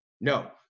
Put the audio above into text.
No